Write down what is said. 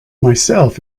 myself